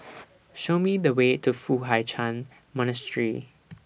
Show Me The Way to Foo Hai Ch'An Monastery